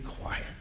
quiet